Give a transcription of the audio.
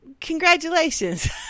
congratulations